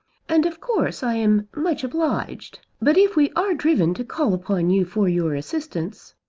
and of course i am much obliged. but if we are driven to call upon you for your assistance,